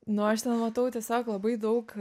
nu aš ten matau tiesiog labai daug